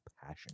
passion